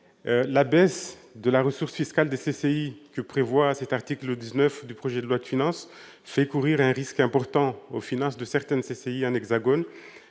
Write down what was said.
La baisse de la ressource fiscale des CCI prévue dans cet article 19 du projet de loi de finances fait courir un risque important aux finances de certaines CCI dans l'Hexagone,